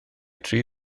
tri